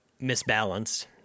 misbalanced